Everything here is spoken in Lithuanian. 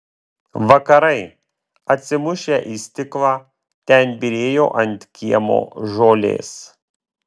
vakarai atsimušę į stiklą ten byrėjo ant kiemo žolės